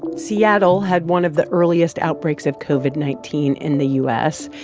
and seattle had one of the earliest outbreaks of covid nineteen in the u s,